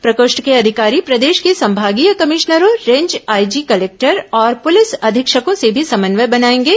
प्रकोष्ठ के अधिकारी प्रदेश के संभागीय कमिश्नरों रेंज आईजी कलेक्टरों और पुलिस अधीक्षकों से भी समन्वय बनाएंगे